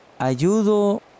ayudo